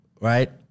right